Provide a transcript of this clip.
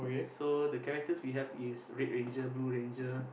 so the characters we have is red ranger blue ranger